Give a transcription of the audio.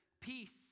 peace